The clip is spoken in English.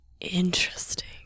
Interesting